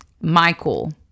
michael